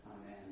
Amen